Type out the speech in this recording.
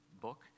book